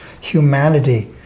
humanity